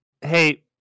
hey